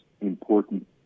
important